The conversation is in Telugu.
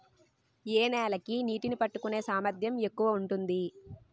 ఏ నేల కి నీటినీ పట్టుకునే సామర్థ్యం ఎక్కువ ఉంటుంది?